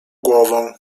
głową